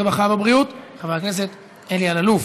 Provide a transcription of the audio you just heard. הרווחה והבריאות חבר הכנסת אלי אלאלוף.